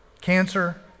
Cancer